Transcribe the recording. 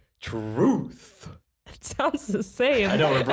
truth helps to say and i don't